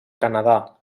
canadà